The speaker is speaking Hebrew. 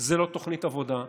היא לא תוכנית עבודה,